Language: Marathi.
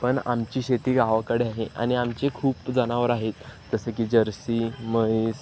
पण आमची शेती गावाकडे आहे आणि आमचे खूप जनावर आहेत जसं की जर्सी म्हैस